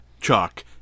Chuck